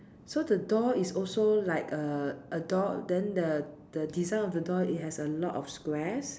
so the door is also like err a door then the the design of the door it has a lot of squares